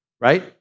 right